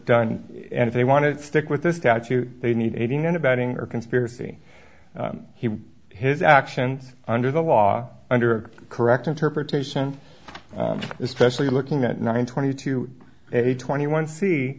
done and if they want to stick with the statute they need aiding and abetting or conspiracy his actions under the law under correct interpretation especially looking at nine twenty two a twenty one